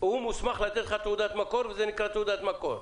הוא מוסמך לתת תעודת מקור, וזה נקרא "תעודת מקור".